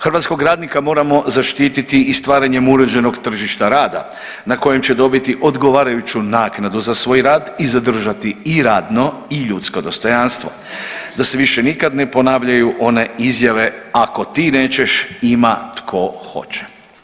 Hrvatskog radnika moramo zaštititi i stvaranjem uređenog tržišta rada na kojem će dobiti odgovarajuću naknadu za svoj rad i zadržati i radno i ljudsko dostojanstvo, da se više nikad ne ponavljaju one izjave ako ti nećeš ima tko hoće.